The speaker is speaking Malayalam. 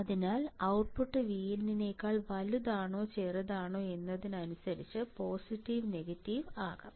അതിനാൽ ഔട്ട്പുട്ട് Vin നേക്കാൾ വലുതാണോ ചെറുതാണോ എന്നതനുസരിച്ച് പോസിറ്റീവ് നെഗറ്റീവ് ആകാം